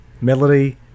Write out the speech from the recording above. melody